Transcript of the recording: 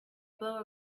blow